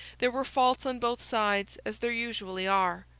there were faults on both sides, as there usually are.